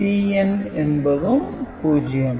Cn என்பதும் 0